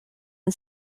and